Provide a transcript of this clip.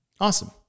Awesome